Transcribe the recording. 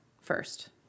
first